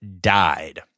died